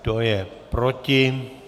Kdo je proti?